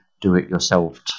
do-it-yourself